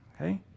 okay